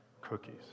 cookies